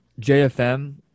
JFM